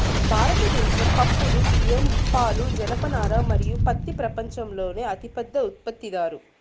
భారతదేశం పప్పులు, బియ్యం, పాలు, జనపనార మరియు పత్తి ప్రపంచంలోనే అతిపెద్ద ఉత్పత్తిదారు